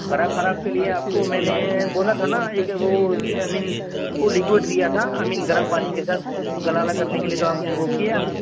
گلا خراب کے لیے آپ کو میں نے بولا تھا نا ایک وہ مین وہ لکوڈ دیا تھا آئی مین گرم پانی کے ساتھ غرارے کرنے کے لیے تو آپ نے وہ کیا